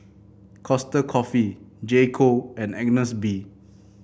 Costa Coffee J Co and Agnes B